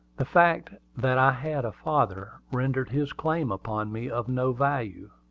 the fact that i had a father, rendered his claim upon me of no value.